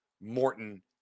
Morton